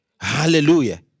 hallelujah